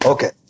Okay